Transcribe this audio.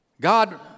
God